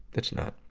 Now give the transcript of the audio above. it's not.